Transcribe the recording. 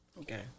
Okay